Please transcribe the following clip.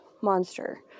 Monster